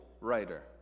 writer